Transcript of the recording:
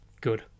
good